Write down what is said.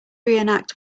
reenact